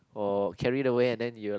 or carried away and then you were like